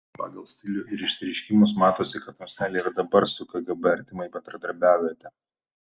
pagal stilių ir išsireiškimus matosi kad tamstelė ir dabar su kgb artimai bendradarbiaujate